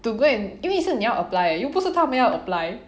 to go and 因为是你要 apply eh 又不是他们要 apply